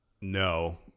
No